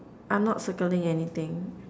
I'm not circling anything